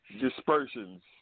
dispersions